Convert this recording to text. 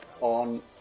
on